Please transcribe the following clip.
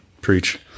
Preach